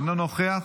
אינו נוכח,